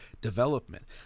development